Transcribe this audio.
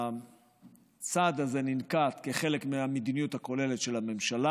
הצעד הזה ננקט כחלק מהמדיניות הכוללת של הממשלה.